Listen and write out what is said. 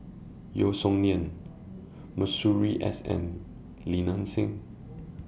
Yeo Song Nian Masuri S N and Li Nanxing